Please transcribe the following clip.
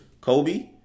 Kobe